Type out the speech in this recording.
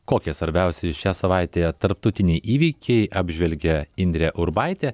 kokie svarbiausi šią savaitę tarptautiniai įvykiai apžvelgė indrė urbaitė